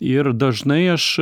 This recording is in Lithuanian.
ir dažnai aš